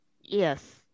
Yes